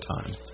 time